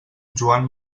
joan